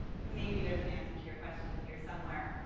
maybe there's an answer to your question here somewhere.